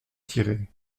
tirée